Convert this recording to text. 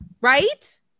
Right